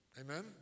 Amen